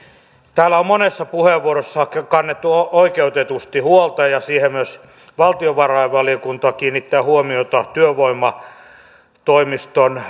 täällä on monessa puheenvuorossa kannettu oikeutetusti huolta ja siihen myös valtiovarainvaliokunta kiinnittää huomiota työvoimatoimiston